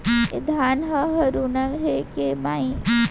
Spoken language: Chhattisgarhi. ए धान ह हरूना हे के माई?